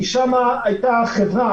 כי שם הייתה להם החברה,